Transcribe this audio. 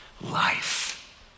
life